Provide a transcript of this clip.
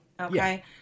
okay